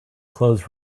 closed